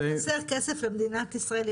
לא חסר כסף למדינת ישראל,